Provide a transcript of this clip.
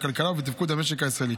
בכלכלה ובתפקוד המשק הישראלי.